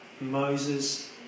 Moses